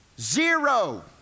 Zero